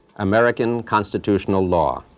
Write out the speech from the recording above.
american constitutional law.